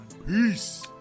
Peace